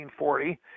1940